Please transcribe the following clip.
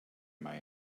mei